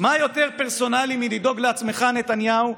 מה יותר פרסונלי מלדאוג לעצמך, נתניהו,